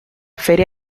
feria